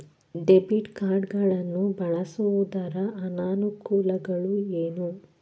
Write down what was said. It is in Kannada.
ಡೆಬಿಟ್ ಕಾರ್ಡ್ ಗಳನ್ನು ಬಳಸುವುದರ ಅನಾನುಕೂಲಗಳು ಏನು?